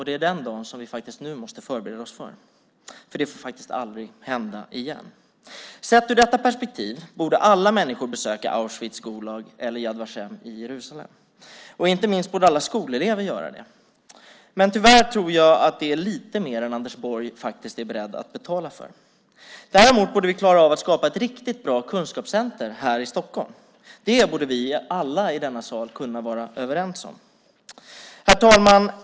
Det är den dagen som vi nu måste förbereda oss för. Detta får aldrig hända igen! Sett i detta perspektiv borde alla människor besöka Auschwitz, Gulag och Yad Vashem i Jerusalem. Inte minst borde alla skolelever göra det. Men tyvärr tror jag att det är lite mer än Anders Borg är beredd att betala för. Däremot borde vi klara av att skapa ett riktigt bra kunskapscenter här i Stockholm. Det borde vi alla i denna sal kunna vara överens om. Herr talman!